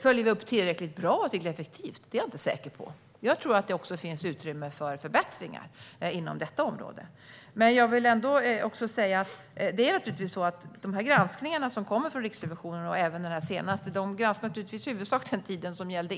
Följer vi upp tillräckligt bra och tillräckligt effektivt? Det är jag inte säker på. Jag tror att det finns utrymme för förbättringar inom detta område. Jag vill också säga att de här granskningarna som kommer från Riksrevisionen, och även den här senaste, i huvudsak granskar tiden innan jag tillträdde.